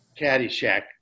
Caddyshack